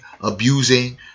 abusing